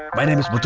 my name is but